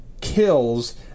kills